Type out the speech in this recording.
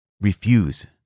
Refuse